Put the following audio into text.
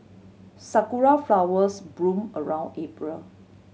sakura flowers bloom around April